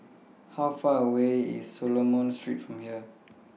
How Far away IS Solomon Street from here